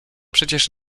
przecież